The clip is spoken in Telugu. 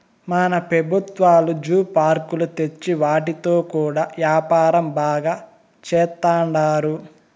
మన పెబుత్వాలు జూ పార్కులు తెచ్చి వాటితో కూడా యాపారం బాగా సేత్తండారు